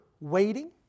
waiting